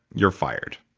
you're fired.